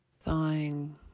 Thawing